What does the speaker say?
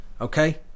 okay